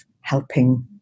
helping